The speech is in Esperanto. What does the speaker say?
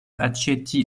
aĉeti